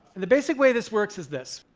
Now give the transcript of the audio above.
the basic way this works is this.